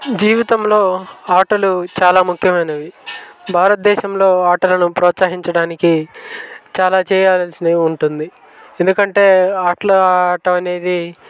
జీవితంలో ఆటలు చాలా ముఖ్యమైనవి భారతదేశంలో ఆటలను ప్రోత్సహించడానికి చాలా చేయాల్సినవి ఉంటుంది ఎందుకంటే ఆటలు ఆడటం అనేది